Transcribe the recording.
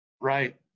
Right